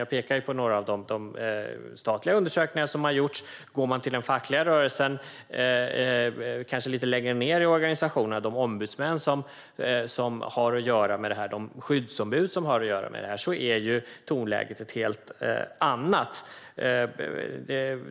Jag pekar på några av de statliga undersökningar som har gjorts, och går man till den fackliga rörelsen och kanske lite längre ned i organisationen, till de ombudsmän och skyddsombud som har att göra med det här, är tonläget ett helt annat.